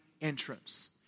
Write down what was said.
entrance